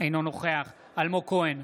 אינו נוכח אלמוג כהן,